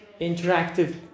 interactive